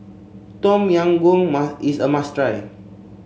Tom Yam Goong is a must try